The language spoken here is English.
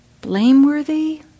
Blameworthy